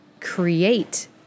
create